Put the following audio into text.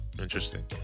Interesting